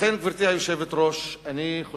לכן, גברתי היושבת-ראש, אני חושב